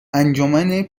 انجمن